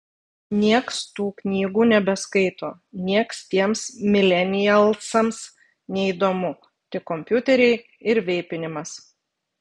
nieks tų knygų nebeskaito nieks tiems milenialsams neįdomu tik kompiuteriai ir veipinimas